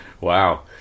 Wow